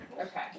Okay